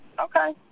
okay